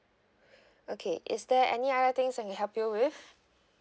okay is there any other things I can help you with